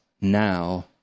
Now